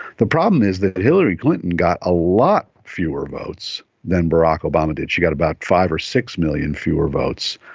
the problem is that hillary clinton got a lot fewer votes than barack obama did, she got about five or six million fewer votes.